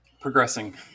progressing